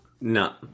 No